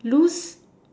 lose